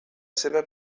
seva